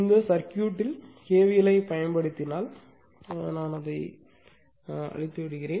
இந்த சர்க்யூட் வட்டத்தில் KVL ஐப் பயன்படுத்தினால் அதை அழிக்க அனுமதிக்கிறேன்